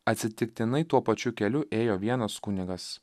atsitiktinai tuo pačiu keliu ėjo vienas kunigas